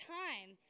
time